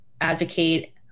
advocate